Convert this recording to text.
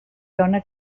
dona